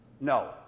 No